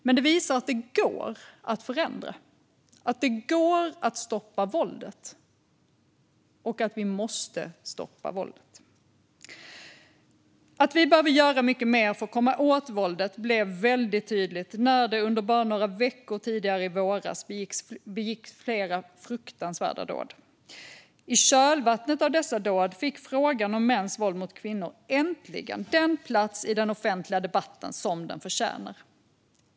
Men det visar att det går att förändra, att det går att stoppa våldet och att vi måste stoppa våldet. Att vi behöver göra mycket mer för att komma åt våldet blev väldigt tydligt när det under bara några veckor tidigare i våras begicks flera fruktansvärda dåd. I kölvattnet av dessa dåd fick frågan om mäns våld mot kvinnor äntligen den plats i den offentliga debatten som den förtjänar.